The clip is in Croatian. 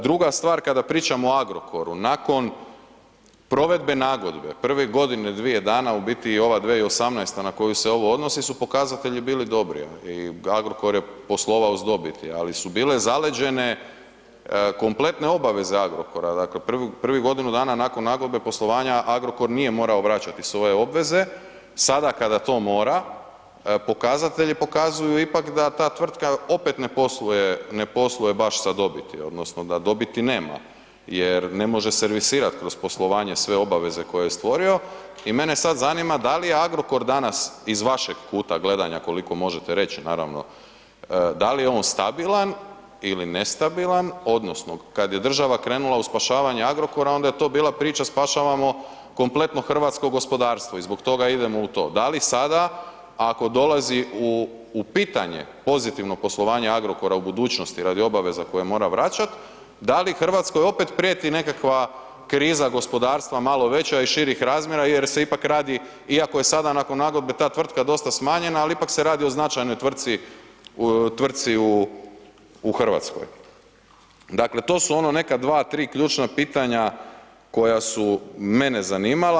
Druga stvar kada pričamo o Agrokoru, nakon provedbe nagodbe prvih godinu il dvije dana u biti i ova 2018. na koju se ovo odnosi su pokazatelji bili dobri i Agrokor je poslovao s dobiti, ali su bile zaleđene kompletne obaveze Agrokora, dakle prvih godinu dana nakon nagodbe poslovanja Agrokor nije morao vraćati svoje obveze, sada kada to mora, pokazatelji pokazuju ipak da ta tvrtka opet ne posluje, ne posluje baš sa dobiti odnosno da dobiti nema jer ne može servisirat kroz poslovanje sve obaveze koje je stvorio i mene sad zanima da li je Agrokor danas iz vašeg kuta gledanja koliko možete reć naravno da li je on stabilan ili nestabilan odnosno kad je država krenula u spašavanje Agrokora onda je to bila priča spašavamo kompletno hrvatsko gospodarstvo i zbog toga idemo u to, da li sada ako dolazi u, u pitanje pozitivno poslovanje Agrokora u budućnosti radi obaveza koje mora vraćat, da li RH opet prijeti nekakva kriza gospodarstva malo veća i širih razmjera jer se ipak radi iako je sada nakon nagodbe ta tvrtka dosta smanjena, ali ipak se radi o značajnoj tvrtci, tvrtci u, u RH, dakle to su ono neka 2-3 ključna pitanja koja su mene zanimala.